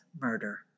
murder